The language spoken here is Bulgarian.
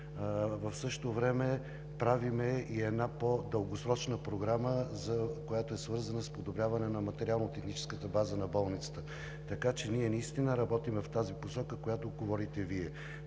В същото време правим една по-дългосрочна програма, свързана с подобряване на материално-техническата база на болницата, така че ние наистина работим в тази посока, за която говорите и